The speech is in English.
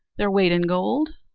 their weight in gold.